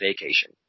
vacation